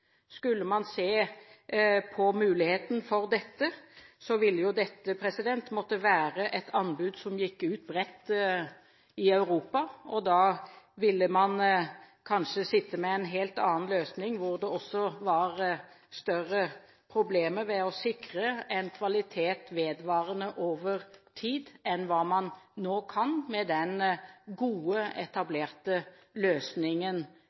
Skulle man se på muligheten for dette, ville dette måtte være et anbud som gikk ut bredt i Europa. Da ville man kanskje sitte med en helt annen løsning, hvor det var større problemer med å sikre en kvalitet vedvarende over tid, enn hva man kan nå med den gode, etablerte løsningen